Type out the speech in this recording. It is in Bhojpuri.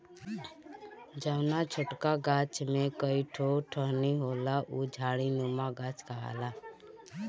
जौना छोटका गाछ में कई ठो टहनी होला उ झाड़ीनुमा गाछ कहाला